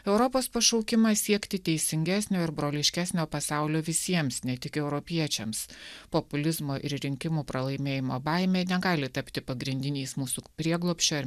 europos pašaukimas siekti teisingesnio ir broliškesnio pasaulio visiems ne tik europiečiams populizmo ir rinkimų pralaimėjimo baimė negali tapti pagrindiniais mūsų prieglobsčio ir